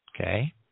Okay